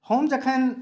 हम जखन